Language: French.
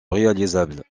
réalisable